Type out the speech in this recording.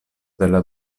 della